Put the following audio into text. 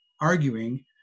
arguing